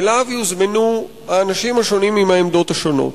שיוזמנו אליו האנשים השונים עם העמדות השונות,